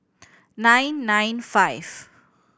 nine nine five